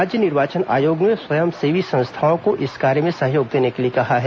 राज्य निर्वाचन आयोग ने स्वयंसेवी संस्थाओं को इस कार्य में सहयोग देने के लिए कहा है